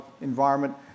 environment